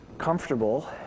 comfortable